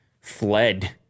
fled